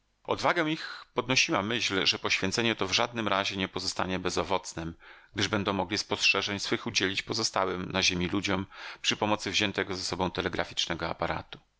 odwagę ich podnosiła myśl że poświęcenie to w żadnym razie nie pozostanie bezowocnem gdyż będą mogli spostrzeżeń swych udzielić pozostałym na ziemi ludziom przy pomocy wziętego ze sobą telegraficznego aparatu